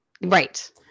Right